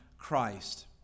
Christ